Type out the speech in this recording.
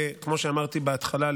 כמו שאמרתי בהתחלה,